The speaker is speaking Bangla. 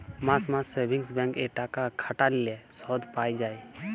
মাস মাস সেভিংস ব্যাঙ্ক এ টাকা খাটাল্যে শুধ পাই যায়